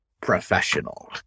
professional